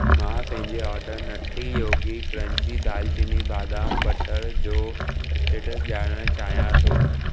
मां पंहिंजे order Nutty Yogi crunchy दालचीनी बादाम बटर जो स्टेटस ॼाणणु चाहियां थो